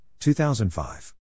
2005